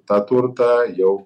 tą turtą jau